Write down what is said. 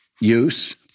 use